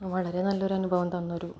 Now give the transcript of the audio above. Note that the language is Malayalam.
വളരെ നല്ലയൊരു അനുഭവം തന്നയൊരു